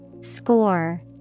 Score